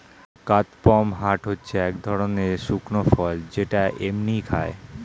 কাদপমহাট হচ্ছে এক ধরণের শুকনো ফল যেটা এমনিই খায়